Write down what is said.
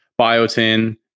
biotin